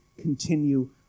continue